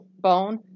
bone